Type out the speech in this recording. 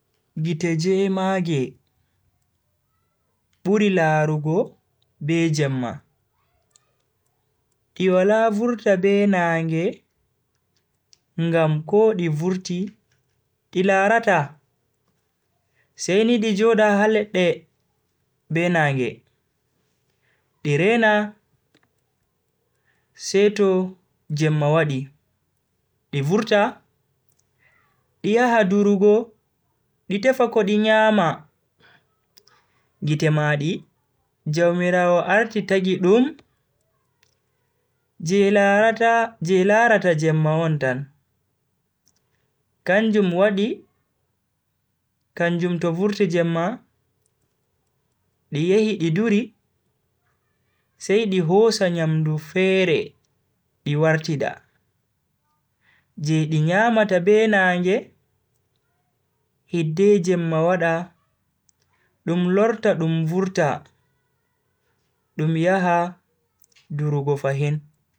Gite jemaage buri larugo be jemma. Di wala vurta be naage ngam ko di vurti di larata sai ni di joda ha ledde be nange, di rena seto jemma wadi, di vurta di yaha durugo di tefa ko di nyama. Gite maadi jaumiraawo arti tagi dum je larata jemma on tan, kanjum wadi kanjum to vurti jemma di yehi di duri sai di hosa nyamdu fere di wartida je di nyamata be nange hidde jemma wada dum lorta dum vurta dum yaha durugo fahin.